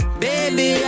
baby